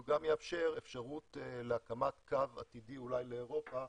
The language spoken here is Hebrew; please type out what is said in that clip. אולי הוא גם יאפשר להקים קו עתידי לאירופה,